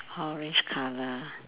orange colour